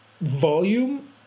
volume